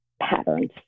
patterns